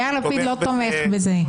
יאיר לפיד לא תומך בזה.